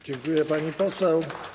Dziękuję, pani poseł.